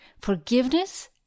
Forgiveness